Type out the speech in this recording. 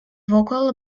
vocal